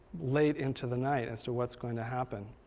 late into the night, as to what's going to happen.